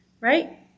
Right